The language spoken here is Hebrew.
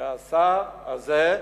שהשר הזה,